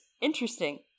Interesting